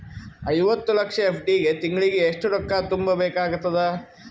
ಐವತ್ತು ಲಕ್ಷ ಎಫ್.ಡಿ ಗೆ ತಿಂಗಳಿಗೆ ಎಷ್ಟು ರೊಕ್ಕ ತುಂಬಾ ಬೇಕಾಗತದ?